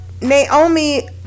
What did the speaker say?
naomi